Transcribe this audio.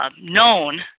known